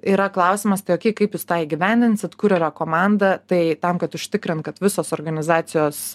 yra klausimas tai okei kaip jūs tą įgyvendinsit kur yra komanda tai tam kad užtikrint kad visos organizacijos